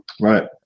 Right